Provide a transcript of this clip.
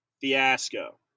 fiasco